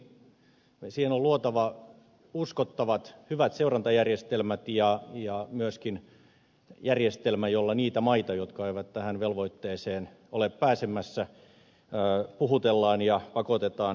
siihen on luotava uskottavat hyvät seurantajärjestelmät ja myöskin järjestelmä jolla niitä maita jotka eivät tähän velvoitteeseen ole pääsemässä puhutellaan ja pakotetaan tiukempiin toimiin